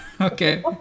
Okay